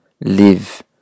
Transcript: live